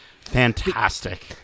fantastic